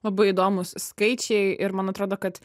labai įdomūs skaičiai ir man atrodo kad